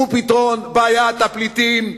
ופתרון בעיית הפליטים.